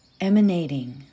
emanating